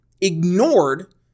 ignored